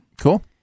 Cool